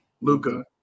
Luca